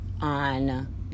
on